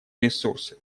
ресурсы